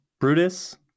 Brutus